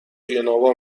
گنوا